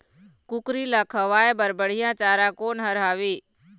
कुकरी ला खवाए बर बढीया चारा कोन हर हावे?